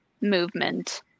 movement